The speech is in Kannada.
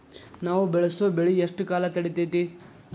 ನಾವು ಬೆಳಸೋ ಬೆಳಿ ಎಷ್ಟು ಕಾಲ ತಡೇತೇತಿ?